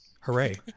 hooray